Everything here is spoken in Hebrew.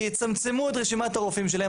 כי יצמצמו את רשימת הרופאים שלהם,